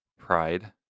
Pride